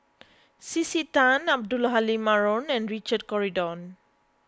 C C Tan Abdul Halim Haron and Richard Corridon